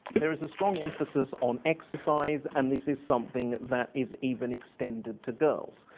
there is a strong emphasis on exercise and this is something that is even extended to girls.